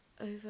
over